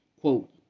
Quote